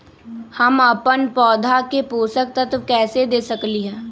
हम अपन पौधा के पोषक तत्व कैसे दे सकली ह?